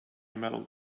metal